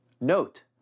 Note